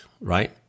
right